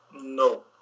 No